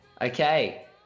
Okay